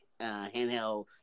handheld